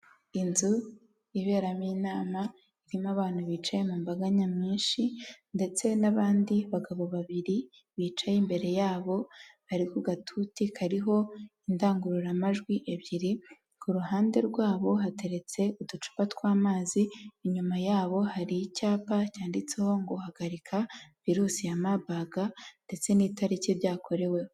Inzu iberamo inama, irimo abantu bicaye mu mbaga nyamwinshi ndetse n'abandi bagabo babiri bicaye imbere yabo, bari ku gatuti kariho indangururamajwi ebyiri, ku ruhande rwabo hateretse uducupa tw'amazi, inyuma yabo hari icyapa cyanditseho ngo : "Hagarika virusi ya Mabaga" ndetse n'itariki byakoreweho.